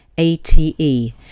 A-T-E